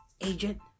agent